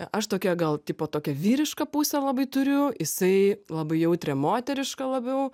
aš tokia gal tipo tokią vyrišką pusę labai turiu jisai labai jautrią moterišką labiau